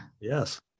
Yes